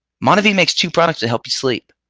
monavie makes two products that help you sleep.